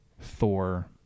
Thor